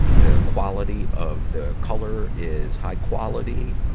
the quality of the color is high quality, ah,